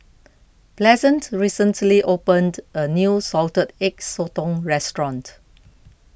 Pleasant recently opened a new Salted Egg Sotong restaurant